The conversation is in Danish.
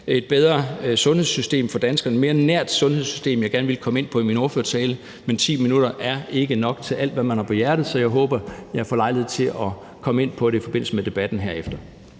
et bedre sundhedssystem for danskerne, et mere nært sundhedssystem, som jeg gerne ville være kommet ind på i min ordførertale – men 10 minutter er ikke nok til at sige alt, hvad man har på hjerte. Så jeg håber, at jeg får lejlighed til at komme ind på det i forbindelse med debatten herefter.